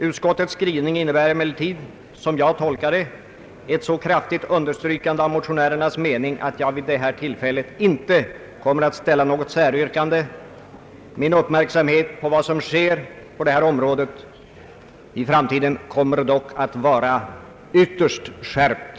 Utskottets skrivning innebär emellertid, såsom jag tolkar det, ett så kraftigt understrykande av motionärernas mening att jag vid detta tillfälle inte kommer att ställa något säryrkande. Min uppmärksamhet på vad som sker på detta område i den nära framtiden kommer dock att vara ytterst skärpt.